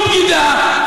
זו בגידה,